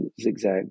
zigzag